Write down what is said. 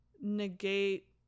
negate